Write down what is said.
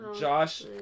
Josh